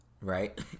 right